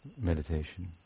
meditation